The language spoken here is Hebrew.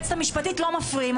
ליועצת המשפטית לא מפריעים.